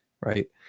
right